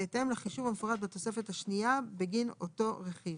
בהתאם לחישוב המפורט בתוספת השנייה בגין אותו רכיב,